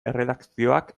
erredakzioak